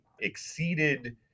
exceeded